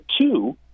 two